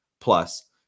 Plus